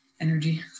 energy